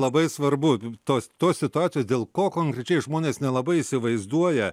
labai svarbu i tos tos situacijos dėl ko konkrečiai žmonės nelabai įsivaizduoja